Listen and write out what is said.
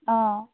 অঁ